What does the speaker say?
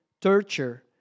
torture